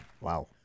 Wow